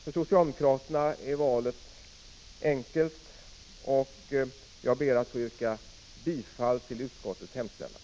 För socialdemokraterna är valet enkelt, och jag ber att få yrka bifall till utskottets hemställan.